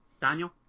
Daniel